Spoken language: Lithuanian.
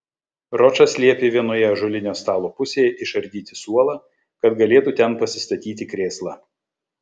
ročas liepė vienoje ąžuolinio stalo pusėje išardyti suolą kad galėtų ten pasistatyti krėslą